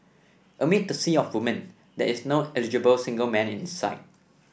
amid the sea of women there's no eligible single man in sight